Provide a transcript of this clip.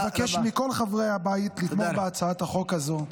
אני מבקש מכל חברי הבית לתמוך בהצעת החוק הזאת.